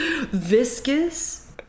Viscous